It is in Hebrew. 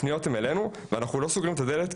הם פונים אלינו ואנחנו לא סוגרים את הדלת,